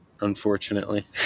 unfortunately